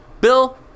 Bill